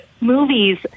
movies